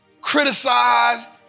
criticized